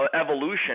evolution